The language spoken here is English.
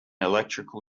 electrical